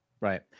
Right